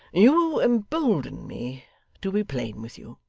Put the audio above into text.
you embolden me to be plain with you.